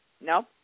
Nope